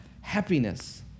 happiness